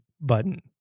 button